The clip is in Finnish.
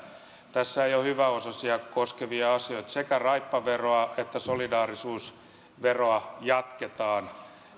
ei ole hyväosaisia koskevia asioita sekä raippaveroa että solidaarisuusveroa jatketaan